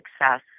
success